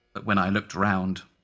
but when i looked round,